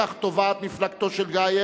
כך תובעת מפלגתו של גאייר,